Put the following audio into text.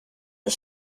the